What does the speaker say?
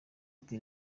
ati